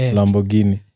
Lamborghini